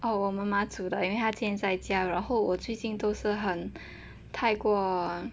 oh 我妈妈煮的因为她今天在家然后我最近都是很太过